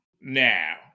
Now